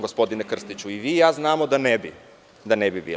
Gospodine Krstiću, i vi i ja znamo da ne bi bili.